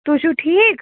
تُہۍ چھُو ٹھیٖک